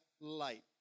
light